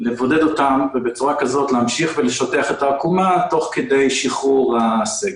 לבודד אותם ובצורה כזאת להמשיך ולשטח את העקומה תוך כדי שחרור הסגר.